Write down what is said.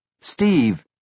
Steve